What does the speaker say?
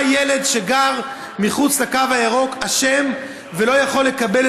מה ילד שגר מחוץ לקו הירוק אשם שהוא לא יכול לקבל